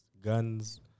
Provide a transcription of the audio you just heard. guns